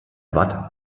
watt